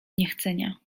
niechcenia